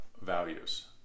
values